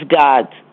God